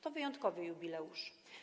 To wyjątkowy jubileusz.